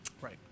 Right